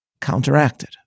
counteracted